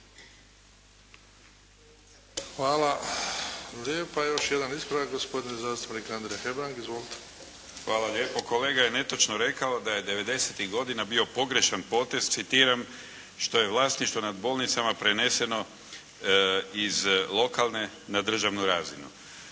Hvala lijepa. Kolega je netočno rekao da je 90-tih godina bio pogrešan potez, citiram: "što je vlasništvo nad bolnicama preneseno iz lokalne na državnu razinu".